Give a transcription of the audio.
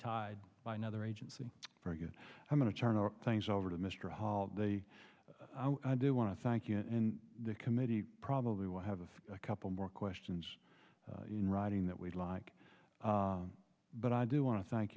tied by another agency for good i'm going to turn things over to mr hall they do want to thank you and the committee probably will have a couple more questions in writing that we'd like but i do want to thank